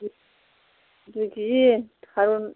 दुइ केजि थारुन